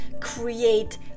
create